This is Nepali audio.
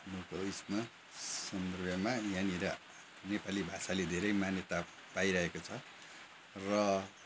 हाम्रो उसमा सन्दर्भमा यहाँनिर नेपाली भाषाले धेरै मान्यता पाइरहेको छ र